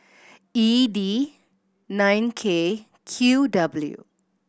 E D nine K Q W